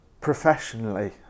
professionally